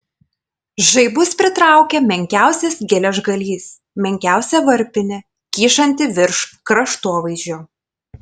žaibus pritraukia menkiausias geležgalys menkiausia varpinė kyšanti virš kraštovaizdžio